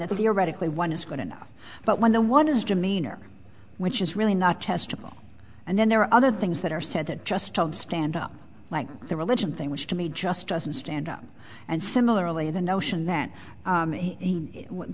that the a radically one is good enough but when the one is demeanor which is really not testable and then there are other things that are said that just told stand up like the religion thing which to me just doesn't stand up and similarly the notion that